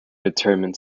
determined